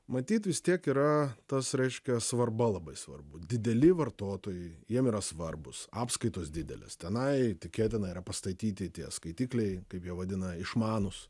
matyt vis tiek yra tas reiškia svarba labai svarbu dideli vartotojai jiem yra svarbūs apskaitos didelės tenai tikėtina yra pastatyti tie skaitikliai kaip jie vadina išmanūs